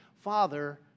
father